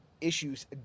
issues